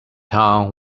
town